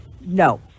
no